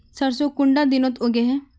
सरसों कुंडा दिनोत उगैहे?